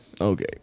Okay